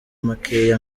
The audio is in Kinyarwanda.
makeya